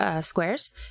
squares